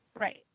Right